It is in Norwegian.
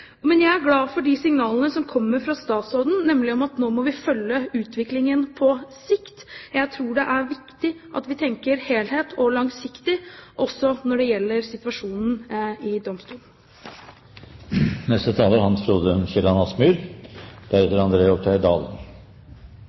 Men jeg er glad for de signalene som kommer fra statsråden, nemlig at vi nå må følge utviklingen på sikt. Jeg tror det er viktig at vi tenker helhet og langsiktighet også når det gjelder situasjonen i domstolene. Jeg forstår at dette er